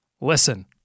Listen